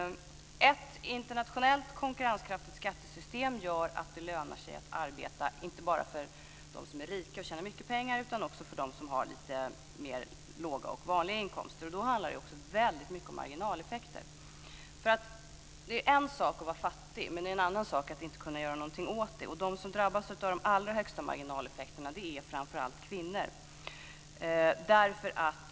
Ett internationellt konkurrenskraftigt skattesystem gör att det lönar sig att arbeta inte bara för dem som är rika och tjänar mycket pengar utan också för dem som har låga och mer vanliga inkomster. Och då handlar det mycket om marginaleffekter. Det är en sak att vara fattig men en annan sak att inte kunna göra något åt det. De som drabbas av de allra högsta marginaleffekterna är framför allt kvinnor.